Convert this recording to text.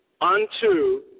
unto